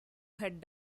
head